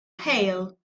hail